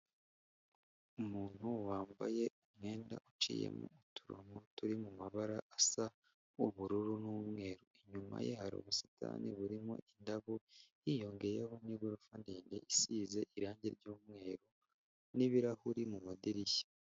Umuntu wambaye umwenda uciyemo uturonko turi mu mabara asa ubururu n'umweru, inyuma ye hari ubusitani burimo indabo hiyongeyeho n'igorofa ndende isize irangi ry'umweru, n'ibirahuri mu madirishya.